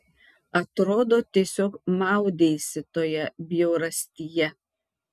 atrodo tiesiog maudeisi toje bjaurastyje